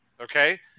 okay